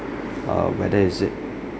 err whether is it